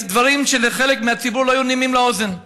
דברים שלחלק מהציבור לא היו נעימים לאוזן.